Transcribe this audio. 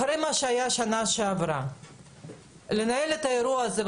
אחרי מה שהיה בשנה שעברה לנהל את האירוע הזה,